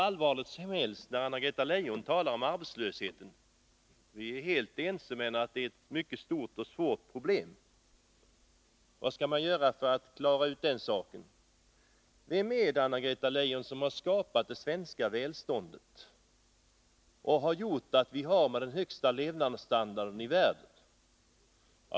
Anna-Greta Leijon talade om arbetslösheten, och vi är helt överens om att det är ett stort och svårt problem att klara av den. Vad är det, Anna-Greta Leijon, som har skapat det svenska välståndet som innebär att vi är ett av de länder som har den högsta levnadsstandarden i världen?